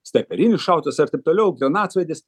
snaiperinis šautuvas ir taip toliau granatsvaidis